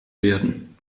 werden